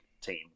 team